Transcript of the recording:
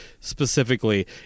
Specifically